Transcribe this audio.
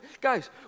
Guys